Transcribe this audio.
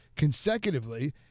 consecutively